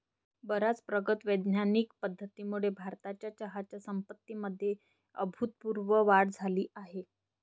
बर्याच प्रगत वैज्ञानिक पद्धतींमुळे भारताच्या चहाच्या संपत्तीमध्ये अभूतपूर्व वाढ झाली आहे